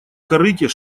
корыте